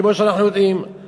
כמו שאנחנו יודעים,